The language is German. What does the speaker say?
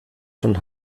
von